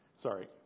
Sorry